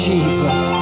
Jesus